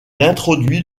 introduit